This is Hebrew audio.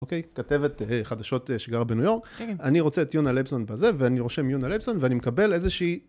אוקיי, כתבת חדשות שגרה בניו יורק, אני רוצה את יונה ליבזון בזה ואני רושם יונה ליבזון ואני מקבל איזה שהיא...